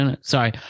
sorry